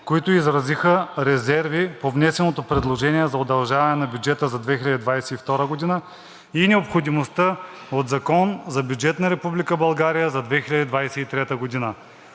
които изразиха резерви по внесеното предложение за удължаване на бюджета за 2022 г. и необходимостта от Закон за бюджет на Република България за 2023 г.